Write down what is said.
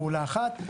פעולה אחת.